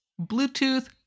Bluetooth